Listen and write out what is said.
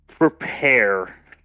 Prepare